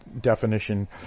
definition